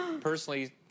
Personally